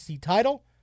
title